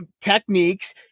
techniques